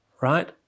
right